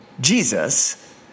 Jesus